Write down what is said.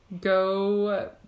go